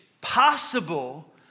possible